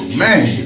man